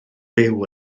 byw